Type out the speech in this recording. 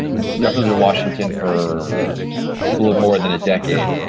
you have lived in washington for little ah more than a decade,